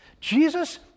Jesus